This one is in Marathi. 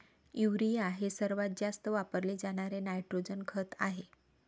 युरिया हे सर्वात जास्त वापरले जाणारे नायट्रोजन खत आहे